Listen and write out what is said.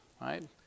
Right